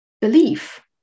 belief